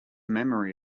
memory